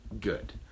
good